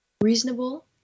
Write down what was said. Reasonable